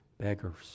beggars